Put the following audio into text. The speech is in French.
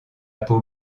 peau